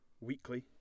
weekly